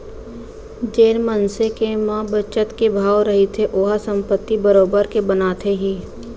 जेन मनसे के म बचत के भाव रहिथे ओहा संपत्ति बरोबर के बनाथे ही